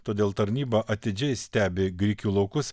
todėl tarnyba atidžiai stebi grikių laukus